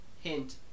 hint